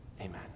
Amen